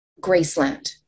graceland